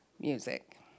music